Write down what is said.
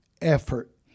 Effort